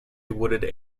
wooded